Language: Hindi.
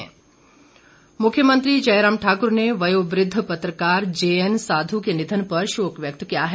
शोक मुख्यमंत्री जयराम ठाकुर ने वयोवृद्ध पत्रकार जेएन साधु के निधन पर शोक व्यक्त किया है